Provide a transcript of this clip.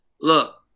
look